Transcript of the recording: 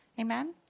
Amen